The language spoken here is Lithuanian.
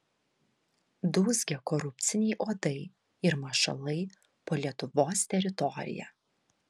dūzgia korupciniai uodai ir mašalai po lietuvos teritoriją